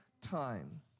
time